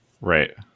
Right